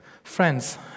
Friends